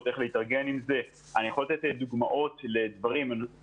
אני יכול לתת דוגמאות לדברים כאלה.